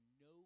no